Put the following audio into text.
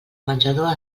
menjador